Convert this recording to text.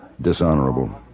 Dishonorable